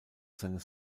seines